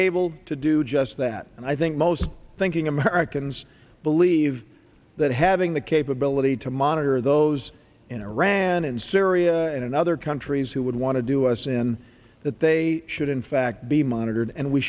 able to do just that and i think most thinking americans believe that having the capability to monitor those in iran and syria and other countries who would want to do us in that they should in fact be monitored and we